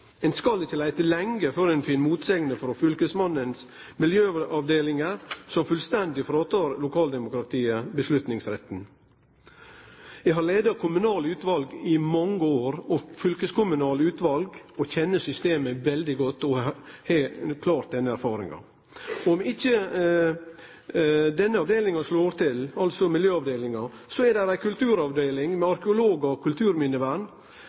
ein utopi. Ein skal ikkje leite lenge før ein finn motsegner frå fylkesmannens miljøavdelingar som fullstendig tek avgjerdsretten frå lokaldemokratiet. Eg har leidd kommunale og fylkeskommunale utval i mange år og kjenner systemet veldig godt – eg har den erfaringa. Om ikkje miljøavdelinga slår til, er det ei kulturavdeling med arkeologar og kulturminnevern